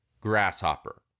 grasshopper